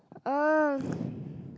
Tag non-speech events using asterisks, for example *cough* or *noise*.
uh *breath*